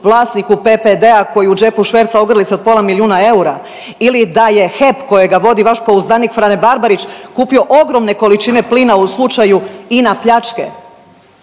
vlasnicu PPD-a koji u džepu šverca ogrlice od pola milijuna eura. Ili da je HEP kojega vodi vaš pouzdanik Frane Barbarić kupio ogromne količine plina u slučaju INA pljačke.